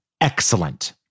excellent